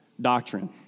doctrine